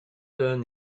learn